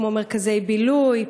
כמו מרכזי בילוי,